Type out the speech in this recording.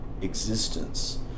existence